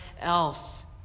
else